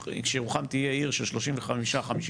כשירוחם תהיה עיר של 35,000 תושבים,